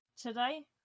today